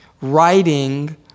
writing